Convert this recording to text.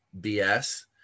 BS